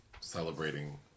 Celebrating